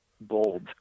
bold